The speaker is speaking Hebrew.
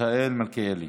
מיכאל מלכיאלי.